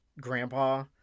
grandpa